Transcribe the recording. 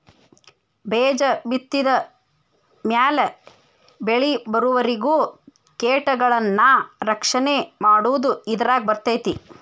ಬೇಜ ಬಿತ್ತಿದ ಮ್ಯಾಲ ಬೆಳಿಬರುವರಿಗೂ ಕೇಟಗಳನ್ನಾ ರಕ್ಷಣೆ ಮಾಡುದು ಇದರಾಗ ಬರ್ತೈತಿ